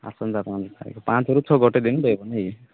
ଆସନ୍ତା ପାଞ୍ଚ ତାରିଖରେ ପାଞ୍ଚରୁ ଛଅ ଗୋଟେ ଦିନ ରହିବ ନାଇଁ କି